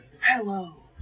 Hello